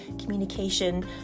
communication